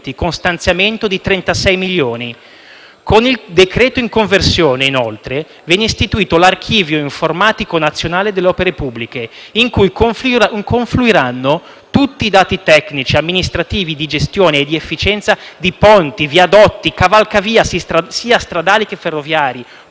Con il decreto-legge in conversione, inoltre, viene istituito l’archivio informatico nazionale delle opere pubbliche in cui confluiranno tutti i dati tecnici, amministrativi, di gestione e di efficienza di ponti, viadotti, cavalcavia (sia stradali che ferroviari),